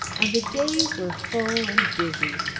and the days were full and busy.